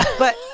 but